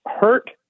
hurt